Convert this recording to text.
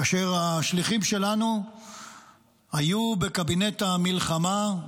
כאשר השליחים שלנו היו בקבינט המלחמה,